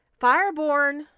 Fireborn